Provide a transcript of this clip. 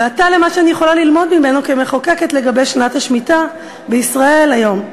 ועתה למה שאני יכולה ללמוד ממנו כמחוקקת לגבי שנת השמיטה בישראל היום.